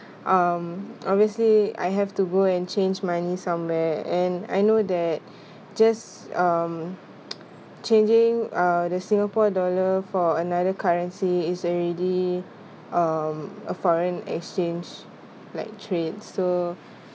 um obviously I have to go and change money somewhere and I know that just um changing the singapore dollar for another currency is already I'm a foreign exchange like trade so